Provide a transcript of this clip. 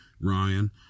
Ryan